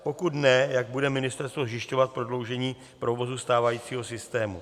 Pokud ne, jak bude ministerstvo zajišťovat prodloužení provozu stávajícího systému?